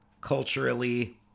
culturally